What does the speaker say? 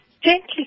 gently